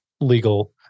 legal